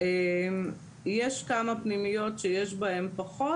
יש כמה פנימיות שיש בהן פחות,